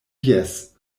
jes